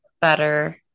better